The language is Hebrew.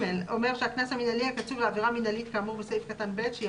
"(ג)הקנס המינהלי הקצוב לעבירה מינהלית כאמור בסעיף קטן (ב) שהיא